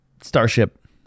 starship